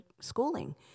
schooling